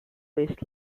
based